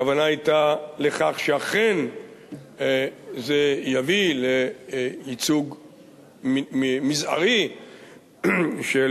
הכוונה היתה לכך שאכן זה יביא לייצוג מזערי של